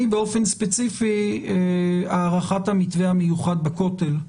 באופן ספציפי הארכת המתווה המיוחד בכותל,